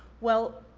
well,